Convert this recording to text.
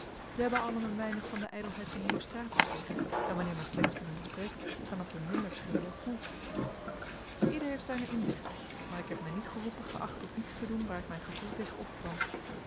zij hebben allen een weinig van de ijdelheid van herostratus weg en wanneer men slechts van hen spreekt kan het hun minder schelen hoe ieder heeft zijne inzichten maar ik heb mij niet geroepen geacht om iets te doen waar mijn gevoel tegen opkwam